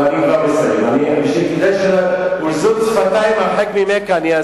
יש לזות שפתיים, לא, אני כבר מסיים.